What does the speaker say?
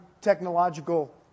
technological